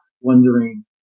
wondering